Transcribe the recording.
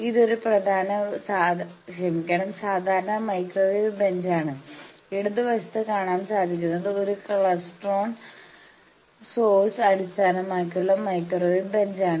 ഇതൊരു സാധാരണ മൈക്രോവേവ് ബെഞ്ചാണ് ഇടതുവശത്ത് കാണാൻ സാധിക്കുന്നത് ഒരു ക്ലൈസ്ട്രോൺ സോഴ്സ് അടിസ്ഥാനമാക്കിയുള്ള മൈക്രോവേവ് ബെഞ്ചാണ്